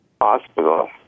hospital